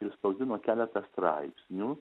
išspausdino keletą straipsnių